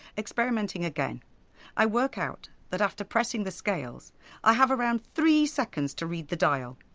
experimenting again i work out that after pressing the scales i have around three seconds to read the dial.